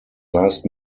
last